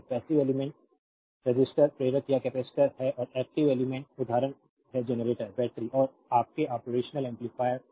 तो passive elements resistors प्रेरक या कैपेसिटर हैं और एक्टिव एलिमेंट्स उदाहरण हैं जनरेटर बैटरी और आपके ऑपरेशनल एम्पलीफायर